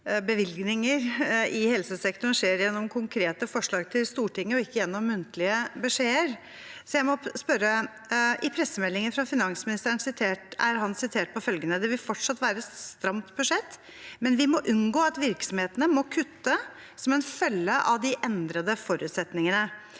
bevilgninger i helsesektoren skjer gjennom konkrete forslag til Stortinget, ikke gjennom muntlige beskjeder. Da må jeg spørre om noe annet. I pressemeldingen fra finansministeren er han sitert på følgende: «Det vil fortsatt være et stramt budsjett, men vi må unngå at virksomhetene må kutte som en følge av de endrede forutsetningene.»